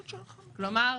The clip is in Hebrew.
כלומר,